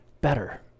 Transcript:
better